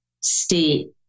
state